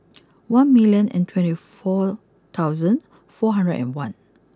one million and twenty four thousand four hundred and one